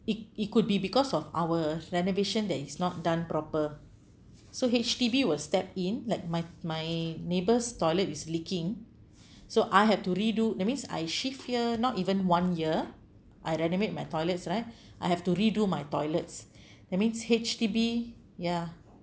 it it could be because of our renovation that is not done proper so H_D_B will step in like my my neighbour's toilet is leaking so I have to redo that means I shift here not even one year I renovate my toilets right I have to redo my toilets that means H_D_B ya